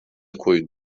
koyun